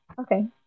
Okay